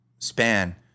span